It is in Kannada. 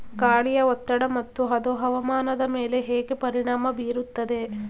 ಗಾಳಿಯ ಒತ್ತಡ ಮತ್ತು ಅದು ಹವಾಮಾನದ ಮೇಲೆ ಹೇಗೆ ಪರಿಣಾಮ ಬೀರುತ್ತದೆ?